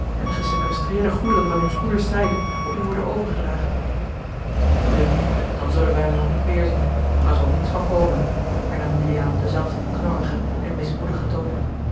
en de gesequestreerde goederen van uws moeders zijde op u worden overgedragen nu dan zullen wij hem wel niet weêrzien want daar zal niets van komen hernam juliaan op denzelfden knorrigen en mismoedigen toon